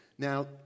Now